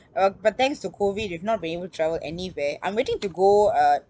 uh but thanks to COVID we have not been able to travel anywhere I'm waiting to go uh